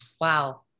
Wow